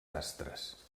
astres